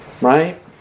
Right